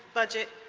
budget,